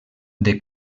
del